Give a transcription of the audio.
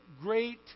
great